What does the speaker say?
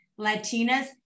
Latinas